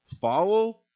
Follow